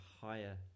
higher